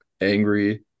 angry